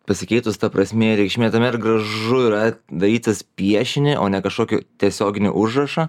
pasikeitus ta prasmė ir reikšmė tuomet gražu yra darytis piešinį o ne kažkokį tiesioginį užrašą